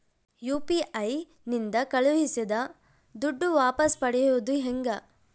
UPI ನಿಂದ ಕಳುಹಿಸಿದ ದುಡ್ಡು ವಾಪಸ್ ಪಡೆಯೋದು ಹೆಂಗ?